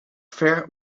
ver